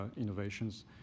innovations